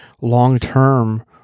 long-term